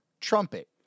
trumpet